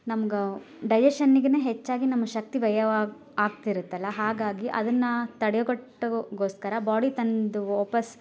ನಮ್ಗ ಡೈಜೇಷನ್ನಿಗೇನೇ ಹೆಚ್ಚಾಗಿ ನಮ್ಮ ಶಕ್ತಿ ವ್ಯಯ ಆಗ್ತಿರತ್ತಲ್ಲ ಹಾಗಾಗಿ ಅದನ್ನ ತಡೆಗಟ್ಟುಗೋಸ್ಕರ ಬಾಡಿ ತನ್ನದು ವಾಪಸ್ಸು